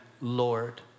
Lord